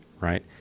right